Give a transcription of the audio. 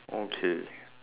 okay